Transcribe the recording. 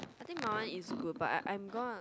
I think my one is good but I I'm gonna